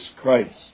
Christ